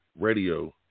radio